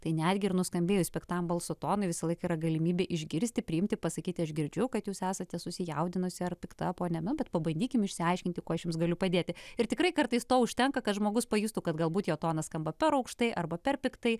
tai netgi ir nuskambėjus piktam balso tonui visąlaik yra galimybė išgirsti priimti pasakyti aš girdžiu kad jūs esate susijaudinusi ar pikta ponia na bet pabandykime išsiaiškinti kuo aš jums galiu padėti ir tikrai kartais to užtenka kad žmogus pajustų kad galbūt jo tonas skamba per aukštai arba per piktai